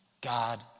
God